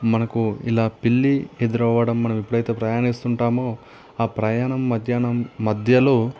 మనకు ఇలా పిల్లి ఎదురవడం మనం ఎప్పుడైతే ప్రయాణిస్తుంటామో ఆ ప్రయాణం మధ్యాహ్నం మధ్యలో